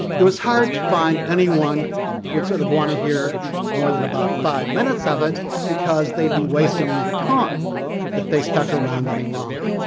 it was hard to find anyone who would sort of want to hear more than about five minutes of it because they'd be wasting their time if the stuck around any longer.